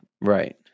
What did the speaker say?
Right